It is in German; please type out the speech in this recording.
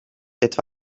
etwa